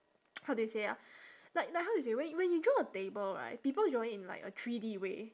how do you say ah like like how you say when when you draw a table right people draw it in like a three-D way